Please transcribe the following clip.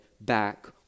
back